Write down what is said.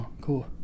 cool